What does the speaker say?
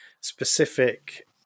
specific